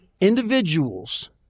individuals